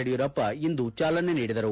ಯಡಿಯೂರಪ್ಪ ಇಂದು ಚಾಲನೆ ನೀಡಿದರು